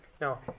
Now